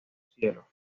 cielo